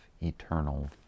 eternal